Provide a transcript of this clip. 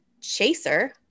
Chaser